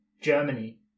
Germany